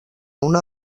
una